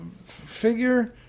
figure